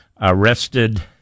Arrested